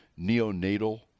neonatal